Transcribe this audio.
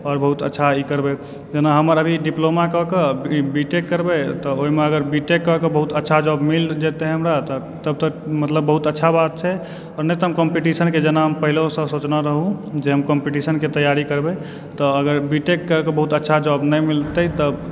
आओर बहुत अच्छा ई करबय जेना हमर अभी डिप्लोमा करिके बीटेक करबय तऽ ओहिमे अगर बी टेक कऽ कऽ बहुत अच्छा जॉब मिल जेतय हमरा तऽ तब तऽ बहुत अच्छा बात छै आओर नहि तऽ हम कम्पटीशनके जेना पहिलहोसँ सोचने रहु जे हम कम्पटीशनके तैआरी करबय तऽ अगर बी टेक करिकऽ बहुत अच्छा जॉब नहि मिलतय तब